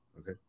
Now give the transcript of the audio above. okay